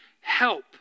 help